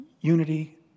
unity